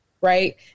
right